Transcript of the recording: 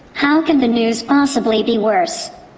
how can the news possibly be worse?